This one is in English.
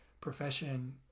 profession